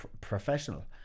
professional